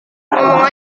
ngomong